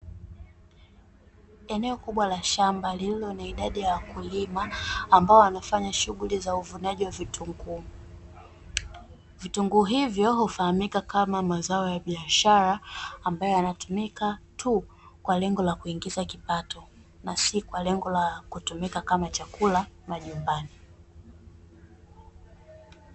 Eneo kubwa la shamba lililo na idadi ya wakulima ambao wanafanya shughuli za uvunaji wa vitunguu. Vitunguu hivyo hufahamika kama mazao ya biashara ambayo yanatumika tu kwa lengo la kuingiza kipato, na si kwa lengo la kutumika kama chakula majumbani.